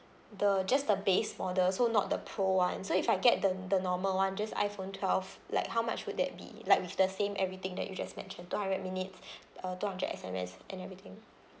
the just the base model so not the pro one so if I get the the normal one just iPhone twelve like how much would that be like with the same everything that you just mentioned two hundred minutes uh two hundred S_M_S and everything